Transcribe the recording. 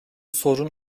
sorun